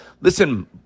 Listen